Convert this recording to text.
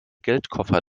geldkoffer